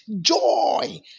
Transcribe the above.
Joy